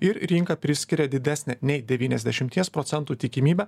ir rinka priskiria didesnę nei devyniasdešimties procentų tikimybę